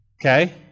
Okay